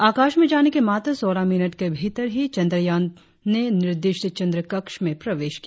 आकाश में जाने के मात्र सोलह मिनट के भीतर ही चंद्रयान ने निर्दिष्ट चंद्र कक्षा में प्रवेश किया